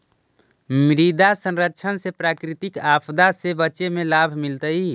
मृदा संरक्षण से प्राकृतिक आपदा से बचे में लाभ मिलतइ